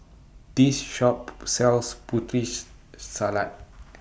This Shop sells Putri She Salad